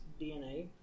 DNA